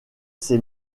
ses